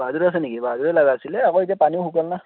বাহাদুৰ আছে নেকি বাহাদুৰে লাগা আছিলে আকৌ এতিয়া পানীও শুকাল না